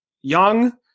young